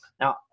Now